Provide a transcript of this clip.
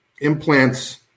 implants